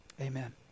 Amen